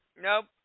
Nope